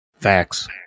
Facts